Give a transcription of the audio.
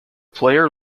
player